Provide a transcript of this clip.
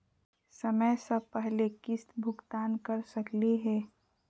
समय स पहले किस्त भुगतान कर सकली हे?